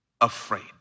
afraid